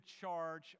charge